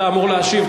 אתה אמור להשיב.